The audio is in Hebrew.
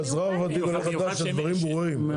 לא, אזרח ותיק ועולה חדש, הדברים ברורים.